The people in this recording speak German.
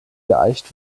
geeicht